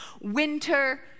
winter